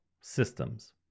Systems